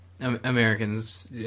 Americans